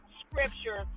scripture